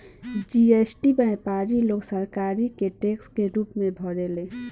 GST व्यापारी लोग सरकार के टैक्स के रूप में भरेले